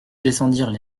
descendirent